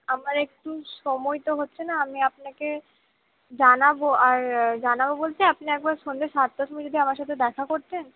আমার একটু সময় তো হচ্ছে না আমি আপনাকে জানাবো আর জানাবো বলতে আপনি একবার সন্ধ্যে সাতটার সময় যদি আমার সঙ্গে দেখা করতেন